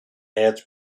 adds